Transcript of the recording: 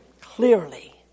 clearly